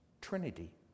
Trinity